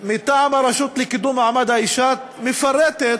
מטעם הרשות לקידום מעמד האישה מפרטת